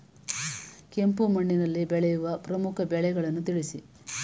ಕೆಂಪು ಮಣ್ಣಿನಲ್ಲಿ ಬೆಳೆಯುವ ಪ್ರಮುಖ ಬೆಳೆಗಳನ್ನು ತಿಳಿಸಿ?